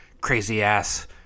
crazy-ass